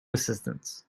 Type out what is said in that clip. assistants